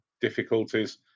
difficulties